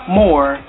more